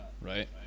right